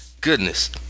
goodness